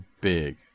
big